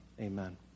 amen